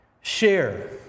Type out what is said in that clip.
Share